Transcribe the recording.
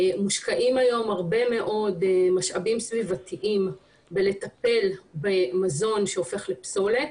מושקעים היום הרבה מאוד משאבים סביבתיים בטיפול במזון שהופך לפסולת,